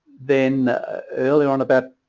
then early on about